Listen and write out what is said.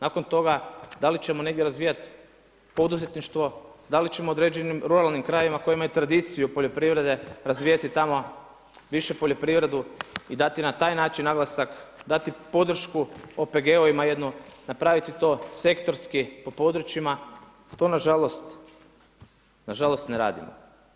Nakon toga, da li ćemo negdje razvijati poduzetništvo, da li ćemo u određenim ruralnim krajevima koji imaju tradiciju poljoprivrede razvijati tamo više poljoprivredu i dati na taj način naglasak, dati podršku OPG-ovima, napraviti to sektorski po područjima, a to nažalost ne radimo.